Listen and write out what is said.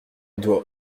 doit